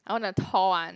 I want a tall one